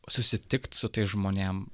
susitikt su tais žmonėm